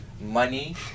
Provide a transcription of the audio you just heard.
money